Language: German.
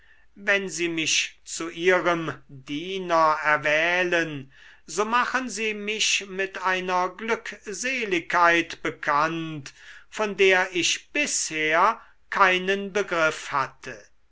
wenn sie mich zu ihrem diener erwählen so machen sie mich mit einer glückseligkeit bekannt von der ich bisher keinen begriff hatte